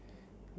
um